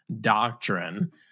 doctrine